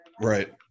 Right